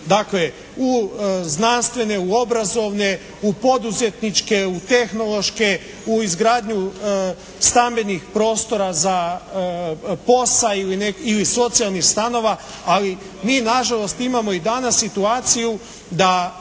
Dakle u znanstvene, u obrazovne, u poduzetničke, u tehnološke, u izgradnju stambenih prostora za POS-a ili socijalnih stanova. Ali mi nažalost imamo i danas situaciju da